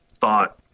thought